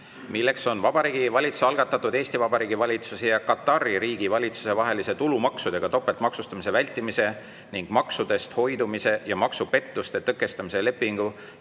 milleks on Vabariigi Valitsuse algatatud Eesti Vabariigi valitsuse ja Katari Riigi valitsuse vahelise tulumaksudega topeltmaksustamise vältimise ning maksudest hoidumise ja maksupettuste tõkestamise lepingu